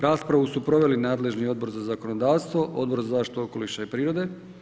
Raspravu su proveli nadležni Odbor za zakonodavstvo, Odbor za zaštitu okoliša i prirode.